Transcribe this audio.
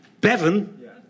Bevan